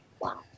Wow